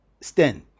stand